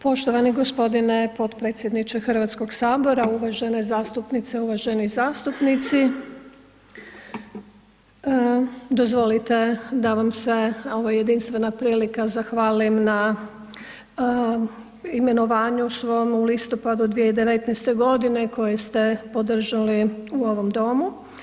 Poštovani gospodine potpredsjedniče Hrvatskog sabora, uvažene zastupnice, uvaženi zastupnici dozvolite da vam se, ovo je jedinstvena prilika zahvalim na imenovanju svom u listopadu 2019. godine koje ste podržali u ovom domu.